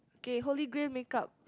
okay holy grail make-up